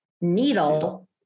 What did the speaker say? needle